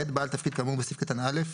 בעל תפקיד כאמור בסעיף קטן (א),